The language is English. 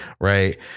right